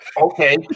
okay